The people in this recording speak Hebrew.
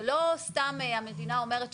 זה לא סתם שהמדינה אומרת,